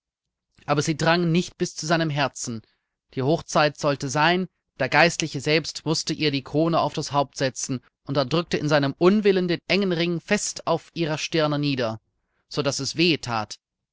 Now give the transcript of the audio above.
aber sie drangen nicht bis zu seinem herzen die hochzeit sollte sein der geistliche selbst mußte ihr die krone auf das haupt setzen und er drückte in seinem unwillen den engen ring fest auf ihre stirne nieder sodaß er wehe that